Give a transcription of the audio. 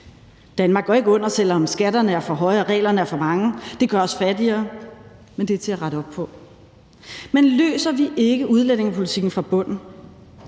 Danmark går ikke under, selv om skatterne er for høje og reglerne er for mange. Det gør os fattigere, men det er til at rette op på. Men løser vi ikke udlændingepolitikken fra bunden,